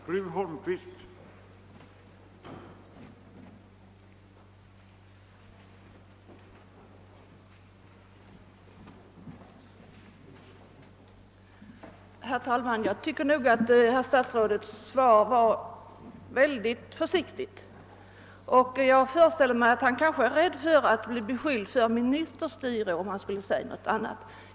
Herr talman! Jag tycker att herr statsrådets svar var mycket försiktigt. Jag föreställer mig att han kanske är rädd för att bli beskylld för ministerstyre om han skulle säga något därutöver.